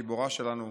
גיבורה שלנו,